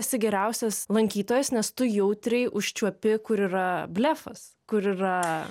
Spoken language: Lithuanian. esi geriausias lankytojas nes tu jautriai užčiuopi kur yra blefas kur yra